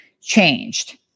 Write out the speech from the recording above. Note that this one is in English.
changed